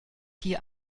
hier